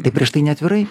tai prieš tai neatvirai